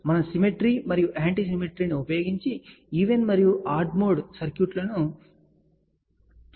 మనము సిమెట్రీ మరియు anti symmetry ను ఉపయోగించి ఈవెన్ మరియు ఆడ్ మోడ్ సర్క్యూట్లను ఉపయోగిస్తాము సరే